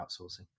outsourcing